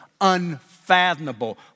unfathomable